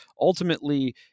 ultimately